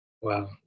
Wow